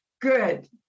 Good